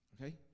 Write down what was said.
Okay